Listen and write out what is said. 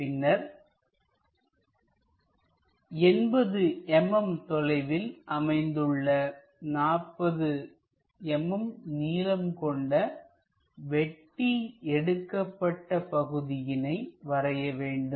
பின்னர் 80 mm தொலைவில் அமைந்துள்ள 40 mm நீளம் கொண்ட வெட்டி எடுக்கப்பட்ட பகுதியினை வரைய வேண்டும்